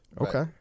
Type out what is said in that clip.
Okay